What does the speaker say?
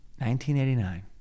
1989